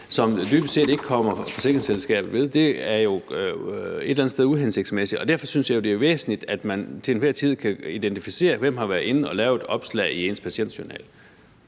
som dybest set ikke kommer forsikringsselskabet ved. Det er jo et eller andet sted uhensigtsmæssigt, og derfor synes jeg, det er væsentligt, at man til enhver tid kan identificere, hvem der har været inde og lave et opslag i ens patientjournal.